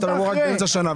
בבקשה, תגיד.